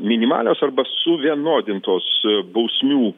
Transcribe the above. minimalios arba suvienodintos bausmių